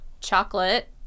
chocolate